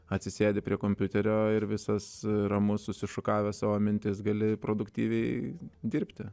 atsisėdi prie kompiuterio ir visas ramus susišukavęs savo mintis gali produktyviai dirbti